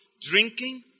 drinking